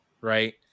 right